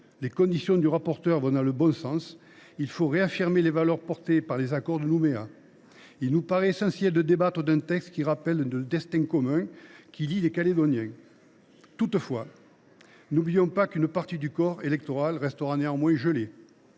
Les modifications du rapporteur vont dans le bon sens. Il faut réaffirmer les valeurs portées par l’accord de Nouméa. Il nous paraît essentiel de débattre d’un texte qui rappelle le destin commun qui lie les Calédoniens. Toutefois, n’oublions pas qu’une partie du corps électoral restera gelée.